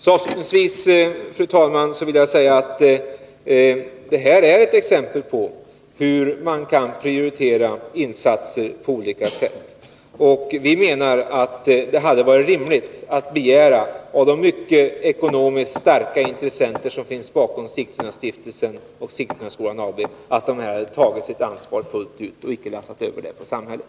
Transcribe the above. Avslutningsvis, fru talman, vill jag säga att detta är ett exempel på hur man kan prioritera insatser på olika sätt. Vi menar att det hade varit rimligt att av de ekonomiskt mycket starka intressenter som finns bakom Sigtunastiftelsen och Sigtunaskolans AB begära att de hade tagit sitt fulla ansvar och icke lastat över det på samhället.